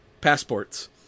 passports